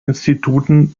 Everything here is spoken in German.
instituten